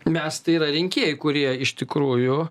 mes tai yra rinkėjai kurie iš tikrųjų